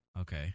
Okay